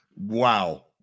Wow